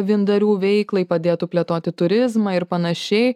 vyndarių veiklai padėtų plėtoti turizmą ir panašiai